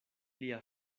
lia